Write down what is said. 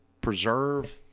Preserve